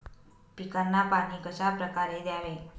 पिकांना पाणी कशाप्रकारे द्यावे?